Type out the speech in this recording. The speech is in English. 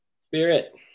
spirit